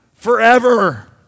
forever